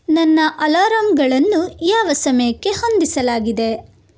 ನನ್ನ ಅಲರಮ್ಗಳನ್ನು ಯಾವ ಸಮಯಕ್ಕೆ ಹೊಂದಿಸಲಾಗಿದೆ